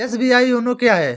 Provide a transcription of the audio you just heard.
SBI YONO क्या है?